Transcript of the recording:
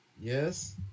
Yes